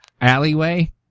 alleyway